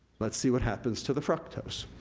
let's see what happens to the fructose.